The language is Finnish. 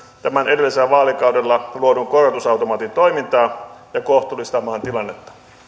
tämän edellisellä vaalikaudella luodun koro tusautomaatin toimintaa ja kohtuullistamaan tilannetta